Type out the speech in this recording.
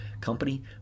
company